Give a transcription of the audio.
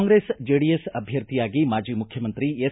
ಕಾಂಗ್ರೆಸ್ ಜೆಡಿಎಸ್ ಅಭ್ಯರ್ಥಿಯಾಗಿ ಮಾಜಿ ಮುಖ್ಯಮಂತ್ರಿ ಎಸ್